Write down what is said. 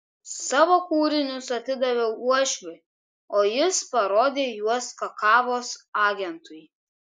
savo kūrinius atidaviau uošviui o jis parodė juos kakavos agentui